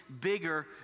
bigger